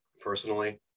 personally